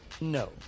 No